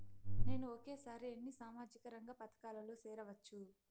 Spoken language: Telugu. నేను ఒకేసారి ఎన్ని సామాజిక రంగ పథకాలలో సేరవచ్చు?